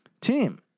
team